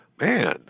man